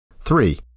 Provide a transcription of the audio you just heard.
Three